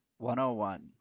101